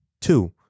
Two